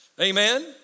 Amen